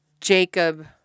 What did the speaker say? Jacob